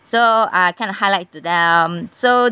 so I kind of highlight to them so